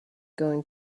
going